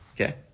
Okay